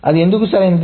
అది ఎందుకు సరైనది